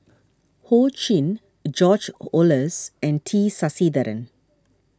Ho Ching George Oehlers and T Sasitharan